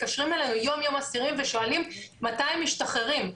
מתקשרים אלינו יום-יום אסירים ושואלים מתי הם משתחררים.